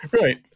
Right